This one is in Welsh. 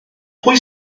pwy